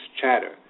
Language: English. chatter